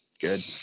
good